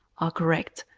are correct,